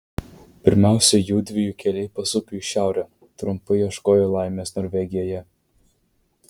pirmiausia jųdviejų keliai pasuko į šiaurę trumpai ieškojo laimės norvegijoje